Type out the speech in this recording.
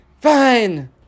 Fine